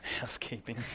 housekeeping